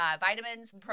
vitamins